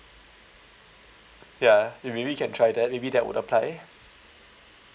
ya maybe you can try that maybe that would apply